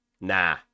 nah